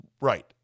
Right